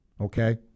okay